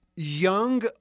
Young